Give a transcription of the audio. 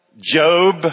Job